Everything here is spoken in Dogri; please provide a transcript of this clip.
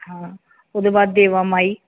हां ओह्दे बाद देवा माई